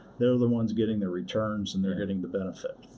they're the ones getting their returns, and they're getting the benefit.